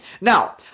Now